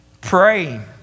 Praying